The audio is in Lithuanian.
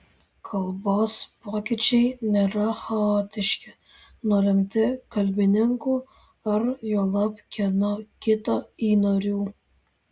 kalbos pokyčiai nėra chaotiški nulemti kalbininkų ar juolab kieno kito įnorių